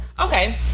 Okay